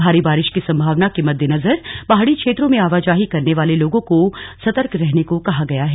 भारी बारिश की संभावना के मददेनजर पहाड़ी क्षेत्रों में आवाजाही करने वाले लोगों को सर्तक रहने को कहा गया है